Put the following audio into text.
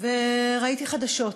וראיתי חדשות,